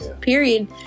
Period